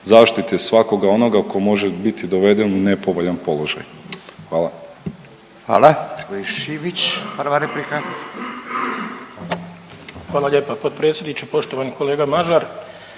zaštite svakoga onoga tko može biti doveden u nepovoljan položaj. Hvala.